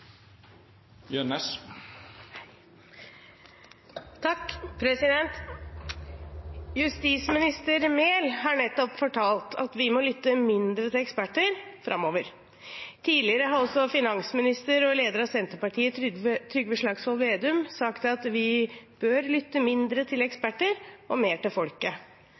Justisminister Mehl har nettopp fortalt at vi må lytte mindre til eksperter framover. Tidligere har også finansminister og leder av Senterpartiet, Trygve Slagsvold Vedum, sagt at vi bør lytte mindre til eksperter og mer til folket.